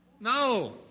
No